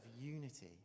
unity